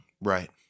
Right